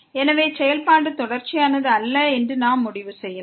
எனவே செயல்பாடு தொடர்ச்சியானது அல்ல என்று நாம் முடிவு செய்யலாம்